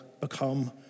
become